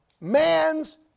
man's